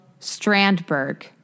Strandberg